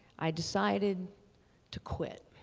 i decided to quit.